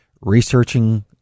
researching